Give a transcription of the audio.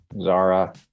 Zara